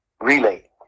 relay